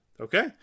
Okay